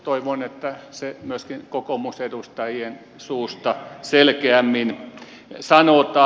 toivon että se myöskin kokoomusedustajien suusta selkeämmin sanotaan